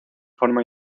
forma